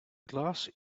glass